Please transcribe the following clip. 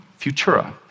Futura